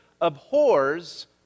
abhors